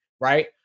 right